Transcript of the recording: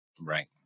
Right